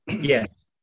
Yes